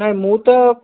ନାଇ ମୁଁ ତ